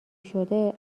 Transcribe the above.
شده